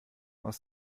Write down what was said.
aus